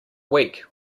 weak